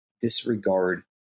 disregard